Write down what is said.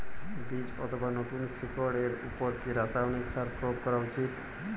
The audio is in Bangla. বীজ অথবা নতুন শিকড় এর উপর কি রাসায়ানিক সার প্রয়োগ করা উচিৎ?